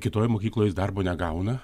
kitoj mokykloj jis darbo negauna